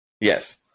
Yes